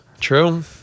True